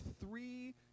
three